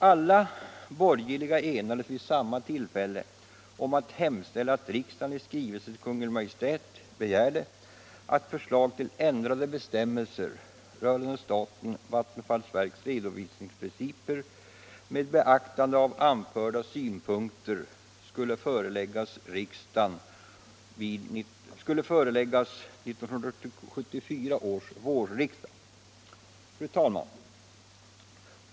Alla borgerliga enades vid samma tillfälle om att hemställa att riksdagen i skrivelse till Kungl. Maj:t begärde att förslag till ändrade bestämmelser rörande statens vattenfallsverks redovisningsprinciper med beaktande av anförda synpunkter skulle föreläggas 1974 års vårriksdag. Fru talman!